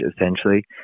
essentially